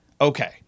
okay